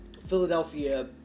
Philadelphia